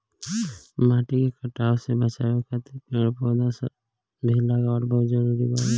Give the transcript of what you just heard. माटी के कटाव से बाचावे खातिर पेड़ पौधा भी लगावल बहुत जरुरी बावे